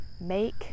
Make